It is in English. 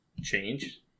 change